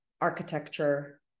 architecture